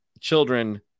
Children